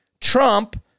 Trump